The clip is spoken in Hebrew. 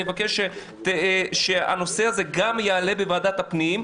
אני מבקש שהנושא הזה גם יעלה בוועדת הפנים,